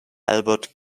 albert